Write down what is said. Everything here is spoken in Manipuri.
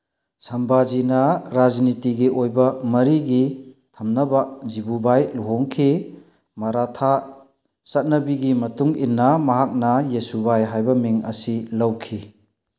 ꯁꯝꯕꯥꯖꯤꯅ ꯔꯥꯖꯅꯤꯇꯤꯒꯤ ꯑꯣꯏꯕ ꯃꯔꯤꯒꯤ ꯊꯝꯅꯕ ꯖꯤꯕꯨꯕꯥꯏ ꯂꯨꯍꯣꯡꯈꯤ ꯃꯔꯥꯊꯥ ꯆꯠꯅꯕꯤꯒꯤ ꯃꯇꯨꯡ ꯏꯟꯅ ꯃꯍꯥꯛꯅ ꯌꯦꯁꯨꯕꯥꯏ ꯍꯥꯏꯕ ꯃꯤꯡ ꯑꯁꯤ ꯂꯧꯈꯤ